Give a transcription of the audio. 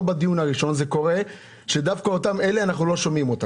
בדיון הראשון זה קורה שדווקא אותם אנו לא שומעים.